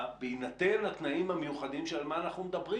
בהינתן התנאים המיוחדים של על מה אנחנו מדברים,